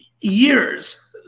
years